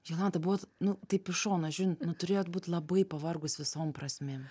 jolanta buvot nu taip iš šono žiūrint nu turėjot būti labai pavargus visom prasmėm